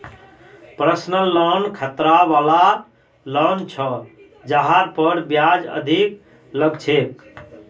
personal loan खतरा वला loan छ जहार पर ब्याज अधिक लग छेक